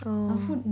our food